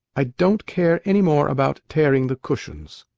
i don't care any more about tearing the cushions.